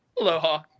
Aloha